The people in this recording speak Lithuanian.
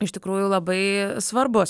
iš tikrųjų labai svarbus